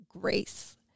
grace